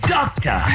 Doctor